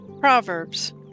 Proverbs